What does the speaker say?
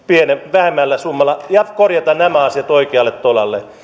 vähemmällä summalla ja korjata nämä asiat oikealle tolalle